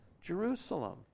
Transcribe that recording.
Jerusalem